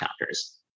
counters